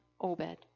Obed